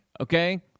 okay